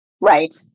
Right